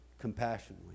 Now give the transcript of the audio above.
compassionately